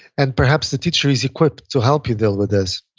and perhaps the teacher is equipped to help you deal with this.